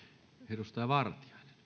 arvoisa